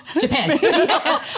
Japan